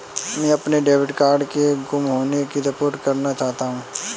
मैं अपने debit card के गुम होने की रिपोर्ट करना चाहता हूँ